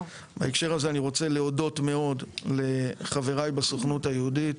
בהקשר הזה אני רוצה להודות מאוד לחבריי בסוכנות היהודית,